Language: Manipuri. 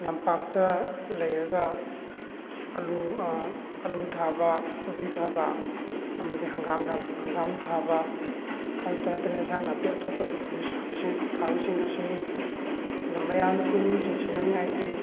ꯂꯝꯄꯥꯛꯇ ꯂꯩꯔꯒ ꯑꯂꯨ ꯑꯂꯨ ꯊꯥꯕ ꯀꯣꯕꯤ ꯊꯥꯕ ꯑꯃꯗꯤ ꯍꯪꯒꯥꯝ ꯍꯪꯒꯥꯝ ꯊꯥꯕ ꯑꯗꯨꯇ ꯅꯠꯇꯅ ꯏꯟꯖꯥꯡ ꯅꯥꯄꯤ ꯑꯇꯣꯞ ꯑꯇꯣꯞꯄꯁꯤꯡ ꯊꯥꯕꯁꯤꯡ ꯑꯁꯤꯅꯤ ꯑꯗꯨ ꯃꯌꯥꯝꯗ ꯄꯨꯛꯅꯤꯡ ꯆꯤꯡꯁꯤꯟꯅꯤꯉꯥꯏꯗꯤ